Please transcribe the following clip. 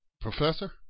Professor